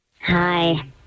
Hi